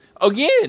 Again